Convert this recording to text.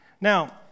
Now